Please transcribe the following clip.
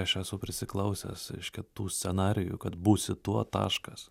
aš esu prisiklausęs iš kitų scenarijų kad būsi tuo taškas